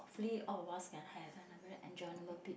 hopefully all of us can has and a very enjoyable bid